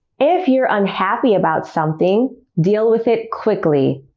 if you're unhappy about something, deal with it quickly.